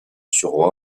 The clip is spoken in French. suroît